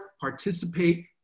participate